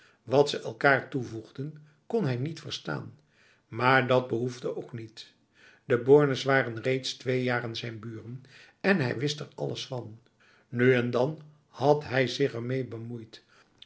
wat ze elkaar toevoegden kon hij niet verstaan maar dat behoefde ook niet de bornes waren reeds twee jaren zijn buren en hij wist er alles van nu en dan had hij zich ermee bemoeid